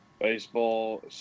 baseball